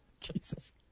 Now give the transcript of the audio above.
Jesus